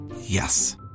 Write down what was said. Yes